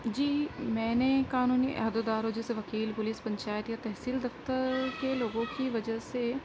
جی میں نے قانونی عہدہ داروں جیسے وکیل پولیس پنچایت یا تحصیل دفتر کے لوگوں کی وجہ سے